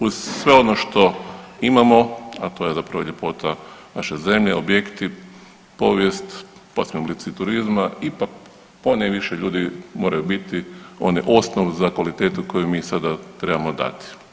Uz sve ono što imamo, a to je zapravo ljepota naše zemlje, objekti, povijest, pa svi oblici turizma ipak ponajviše ljudi moraju biti onaj osnov za kvalitetu koju mi sada trebamo dati.